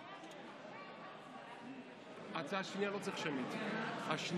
והכנתה לקריאה שנייה ולקריאה שלישית.